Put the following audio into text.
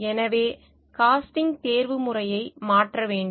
எனவே காஸ்டிங் தேர்வு முறையை மாற்ற வேண்டும்